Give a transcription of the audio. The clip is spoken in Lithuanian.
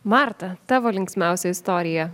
marta tavo linksmiausia istorija